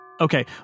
Okay